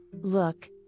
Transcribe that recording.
Look